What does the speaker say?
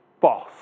boss